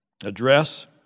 address